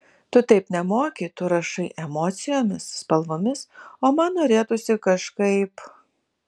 tu taip nemoki tu rašai emocijomis spalvomis o man norėtųsi kažkaip